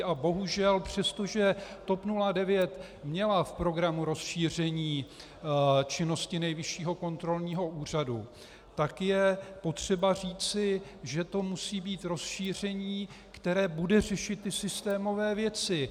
A bohužel přestože TOP 09 měla v programu rozšíření činnosti Nejvyššího kontrolního úřadu, tak je potřeba říci, že to musí být rozšíření, které bude řešit ty systémové věci.